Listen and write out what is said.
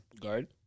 guard